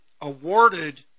awarded